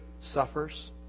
suffers